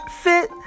fit